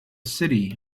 city